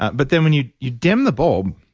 but then, when you you dim the bulb,